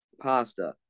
pasta